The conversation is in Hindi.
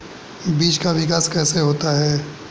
बीज का विकास कैसे होता है?